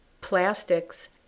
plastics